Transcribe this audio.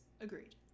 agreed